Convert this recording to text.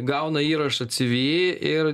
gauna įrašą civy ir